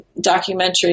documentary